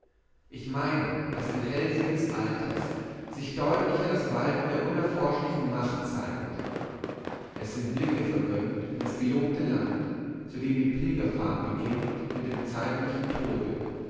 ich meine daß im hellsehen des alters sich deutlicher das walten der unerforschlichen macht zeigt es sind blicke vergönnt in das gelobte land zu dem die pilgerfahrt beginnt mit dem zeitlichen tode